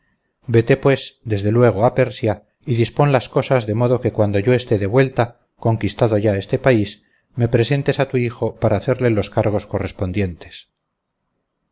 vete pues desde luego a persia y dispón las cosas de modo que cuando yo esté de vuelta conquistado ya este país me presentes a tu hijo para hacerle los cargos correspondientes